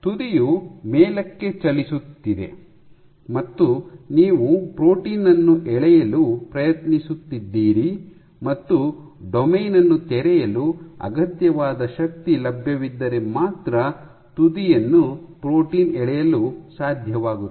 ತುದಿಯು ಮೇಲಕ್ಕೆ ಚಲಿಸುತ್ತಿದೆ ಮತ್ತು ನೀವು ಪ್ರೋಟೀನ್ ಅನ್ನು ಎಳೆಯಲು ಪ್ರಯತ್ನಿಸುತ್ತಿದ್ದೀರಿ ಮತ್ತು ಡೊಮೇನ್ ಅನ್ನು ತೆರೆಯಲು ಅಗತ್ಯವಾದ ಶಕ್ತಿ ಲಭ್ಯವಿದ್ದರೆ ಮಾತ್ರ ತುದಿಯನ್ನು ಪ್ರೋಟೀನ್ ಎಳೆಯಲು ಸಾಧ್ಯವಾಗುತ್ತದೆ